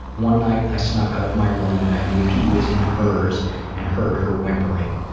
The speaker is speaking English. one night i snuck out of my room when i knew he was in hers and heard her whimpering.